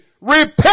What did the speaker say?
Repent